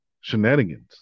shenanigans